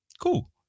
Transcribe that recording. Cool